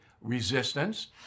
resistance